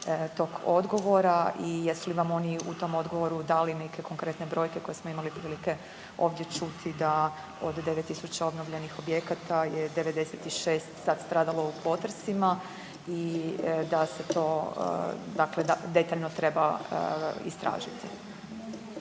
tog odgovora i jesu li vam oni u tom odgovoru dali neke konkretne brojke koje smo imali prilike ovdje čuti da od 9000 obnovljenih objekata je 96 sad stradalo u potresima i da se to detaljno treba istražiti.